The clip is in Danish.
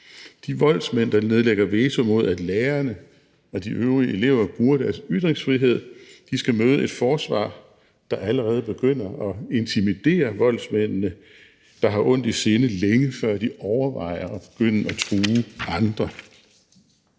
De voldsmænd, der nedlægger veto mod, at lærerne og de øvrige elever bruger deres ytringsfrihed, skal møde et forsvar, der allerede begynder at intimidere voldsmænd, der har ondt i sinde, længe før de overvejer at begynde at true andre.